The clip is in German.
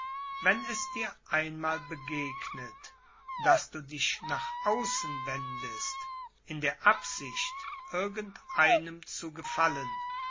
wenn es dir einmal begegnet daß du dich nach außen wendest in der absicht irgend einem zu gefallen